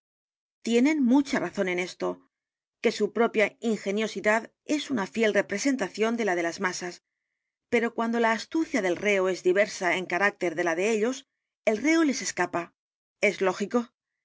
tienen mucha razón en esto que su propia ingeniosidad e s una fiel representación de ia de las masas pero cuando la astucia del reo es diversa en carácter de la de ellos el r e o l e